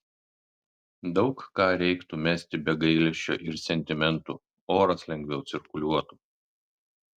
daug ką reiktų mesti be gailesčio ir sentimentų oras lengviau cirkuliuotų